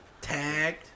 Tagged